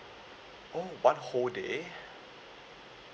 oh one whole day